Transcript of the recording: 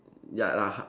ya like h~